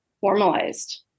formalized